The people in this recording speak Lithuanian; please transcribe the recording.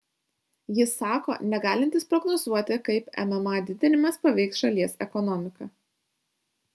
jis sako negalintis prognozuoti kaip mma didinimas paveiks šalies ekonomiką